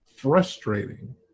frustrating